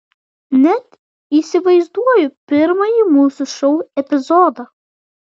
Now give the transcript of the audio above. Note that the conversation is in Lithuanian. net įsivaizduoju pirmąjį mūsų šou epizodą